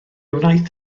wnaeth